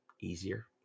easier